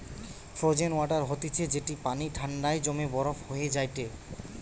frozen water হতিছে যেটি পানি ঠান্ডায় জমে বরফ হয়ে যায়টে